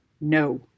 no